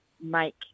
make